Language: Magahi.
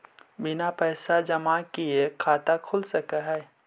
बिना पैसा जमा किए खाता खुल सक है?